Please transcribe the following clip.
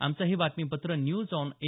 आमचं हे बातमीपत्र न्यूज ऑन ए